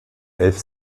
elf